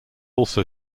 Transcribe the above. also